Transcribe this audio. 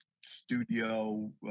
studio